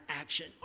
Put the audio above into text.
action